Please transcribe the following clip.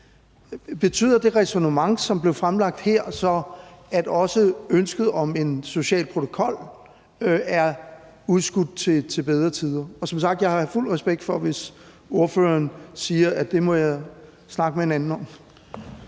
Betyder det ræsonnement, som blev fremlagt her, så, at også ønsket om en social protokol er udskudt til bedre tider? Som sagt har jeg fuld respekt for det, hvis ordføreren siger, at det må jeg snakke med en anden om.